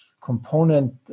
component